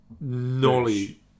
Nolly